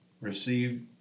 receive